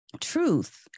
truth